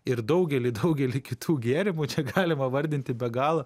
ir daugelį daugelį kitų gėrimų čia galima vardinti be galo